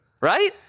right